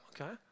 Okay